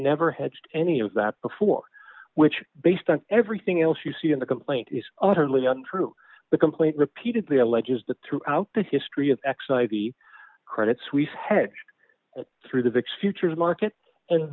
never had any of that before which based on everything else you see in the complaint is utterly untrue the complaint repeatedly alleges that throughout the history of exidy credit suisse hedge through the vix futures market and